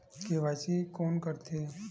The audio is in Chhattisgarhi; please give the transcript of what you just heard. के.वाई.सी कोन करथे?